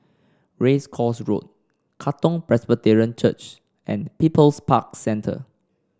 Race Course Road Katong Presbyterian Church and People's Park Centre